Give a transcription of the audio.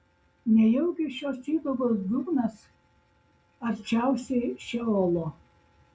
nejaugi šios įdubos dugnas arčiausiai šeolo